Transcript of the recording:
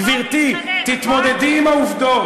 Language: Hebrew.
גברתי, תתמודדי עם העובדות.